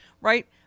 right